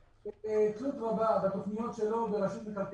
בצורה ברורה כי תכנונן של מחצבות